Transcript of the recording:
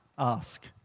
Ask